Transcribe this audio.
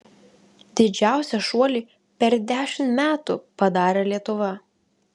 didžiausią šuolį per dešimt metų padarė lietuva